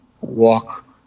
walk